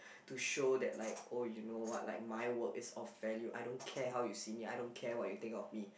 to show that like oh you know what like my work is of value I don't care how you see me I don't care what you think of me